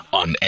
on